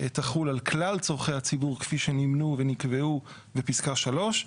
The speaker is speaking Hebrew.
תחול על כלל צרכי הציבור כפי שנימנו ונקבעו בפסקה 3,